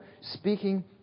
speaking